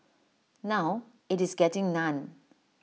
now IT is getting none